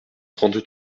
trente